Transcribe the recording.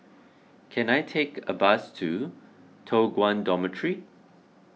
can I take a bus to Toh Guan Dormitory